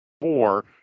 four